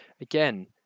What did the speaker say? Again